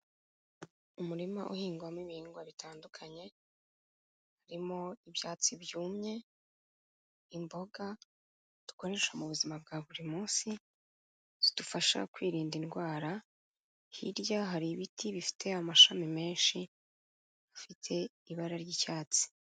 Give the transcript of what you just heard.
Umurima uhingwamo ibihingwa bitandukanye, harimo ibyatsi byumye imboga dukoresha mu buzima bwa buri munsi zidufasha kwirinda indwara, hirya hari ibiti bifite amashami menshi afite ibara ry'icyatsi.